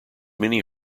many